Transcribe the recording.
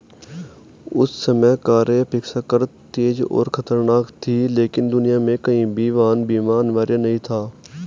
उस समय कारें अपेक्षाकृत तेज और खतरनाक थीं, लेकिन दुनिया में कहीं भी वाहन बीमा अनिवार्य नहीं था